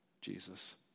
Jesus